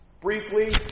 Briefly